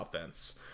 offense